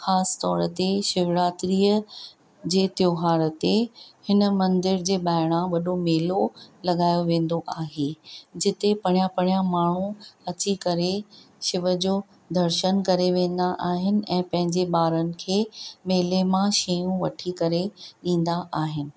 ख़ासि तौर ते शिवरात्रीअ जे त्योहार ते हिन मंदर जे ॿाहिरां मेलो लॻायो वेंदो आहे जिते परियां परियां माण्हू अची करे शिव जो दर्शन करे वेंदा आहिनि ऐं पंहिंजे ॿारनि खे मेले मां शयूं वठी करे ॾींदा आहिनि